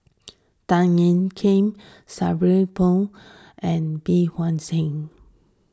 Tan Ean Kiam Sabri Buang and Bey Hua Heng